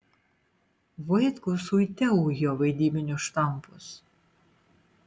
vaitkus uite ujo vaidybinius štampus